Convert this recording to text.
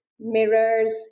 mirrors